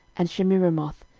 and shemiramoth,